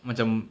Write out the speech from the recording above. macam